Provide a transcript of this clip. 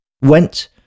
went